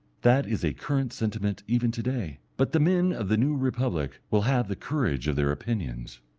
that is a current sentiment even to-day, but the men of the new republic will have the courage of their opinions.